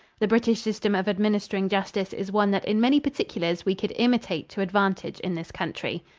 the british system of administering justice is one that in many particulars we could imitate to advantage in this country.